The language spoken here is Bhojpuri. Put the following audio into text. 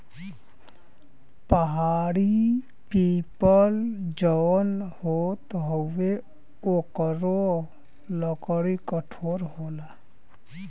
पहाड़ी पीपल जौन होत हउवे ओकरो लकड़ी कठोर होला